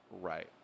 Right